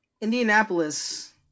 Indianapolis